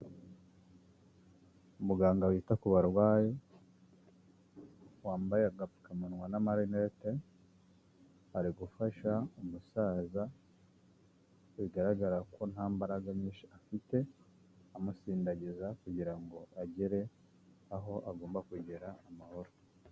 Umuganga wita ku barwayi wambaye agapfukamunwa n'amarinete, ari gufasha umusaza bigaragara ko nta mbaraga nyinshi afite, amusindagiza kugira ngo agere aho agomba kugera amahoro.